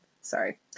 Sorry